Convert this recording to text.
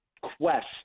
quest